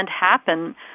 happen